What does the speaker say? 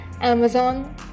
Amazon